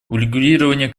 урегулирование